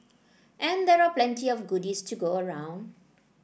and there are plenty of goodies to go around